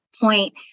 point